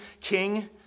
King